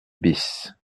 bis